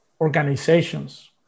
organizations